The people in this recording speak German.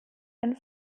ein